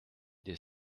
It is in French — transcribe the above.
des